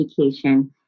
education